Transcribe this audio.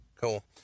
Cool